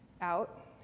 out